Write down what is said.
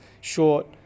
short